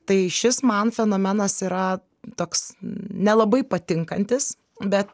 tai šis man fenomenas yra toks nelabai patinkantis bet